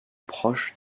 proche